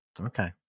Okay